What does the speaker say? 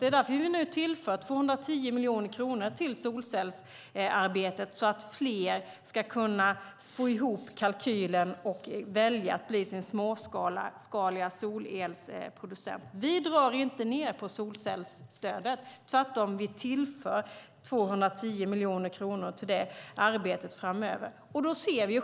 Det är därför vi nu tillför 210 miljoner kronor till solcellsarbetet, så att fler ska kunna få ihop kalkylen och välja att bli sin småskaliga solelsproducent. Vi drar inte ned på solcellsstödet. Tvärtom tillför vi 210 miljoner kronor till det arbetet framöver.